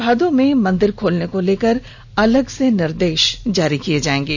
भादो में मंदिर खोलने को लेकर अलग से निर्देश जारी किए जाएंगे